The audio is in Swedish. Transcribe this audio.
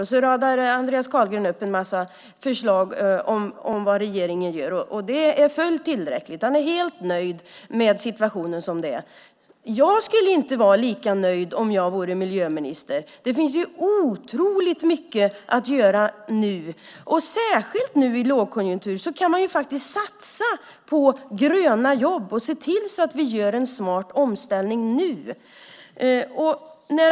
Sedan radar Andreas Carlgren upp en massa exempel på vad regeringen gör. Det är fullt tillräckligt, och han är helt nöjd med situationen som den är. Jag skulle inte vara lika nöjd om jag vore miljöminister. Det finns ju otroligt mycket att göra! Särskilt nu i lågkonjunktur kan man faktiskt satsa på gröna jobb och se till så att vi gör en smart omställning.